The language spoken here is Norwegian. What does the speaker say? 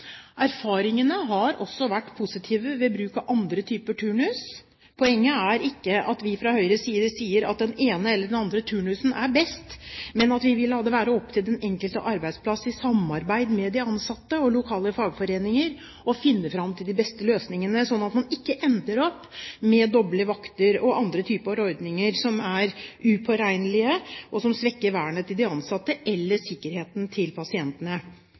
Erfaringene har også vært positive ved bruk av andre typer turnus. Poenget er ikke at vi fra Høyres side sier at den ene eller den andre turnusen er best, men at vi vil la det være opp til den enkelte arbeidsplass i samarbeid med de ansatte og lokale fagforeninger å finne fram til de beste løsningene, sånn at man ikke ender opp med doble vakter og andre typer ordninger som er upåregnelige, og som svekker vernet til de ansatte eller sikkerheten til pasientene.